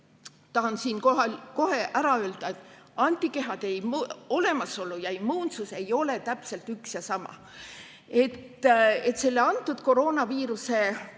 Tahan siinkohal kohe ära öelda, et antikehade olemasolu ja immuunsus ei ole täpselt üks ja sama. Selle koroonaviiruse